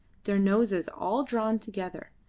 their noses all drawn together,